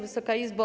Wysoka Izbo!